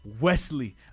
Wesley